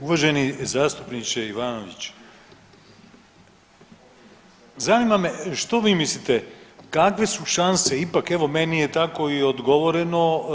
Uvaženi zastupniče Ivanović, zanima me što vi mislite kakve su šanse ipak, evo meni je tako i odgovoreno. odgovoreno.